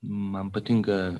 man patinka